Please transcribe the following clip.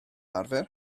arfer